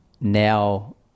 now